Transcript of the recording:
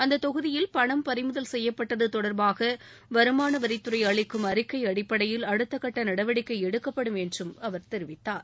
அந்த தொகுதியில் பணம் பறிமுதல் செய்யப்பட்டது தொடர்பாக வருமான வரித்துறை அளிக்கும் அறிக்கை அடிப்படையில் அடுத்தகட்ட நடவடிக்கை எடுக்கப்படும் என்றும் அவர் தெரிவித்தார்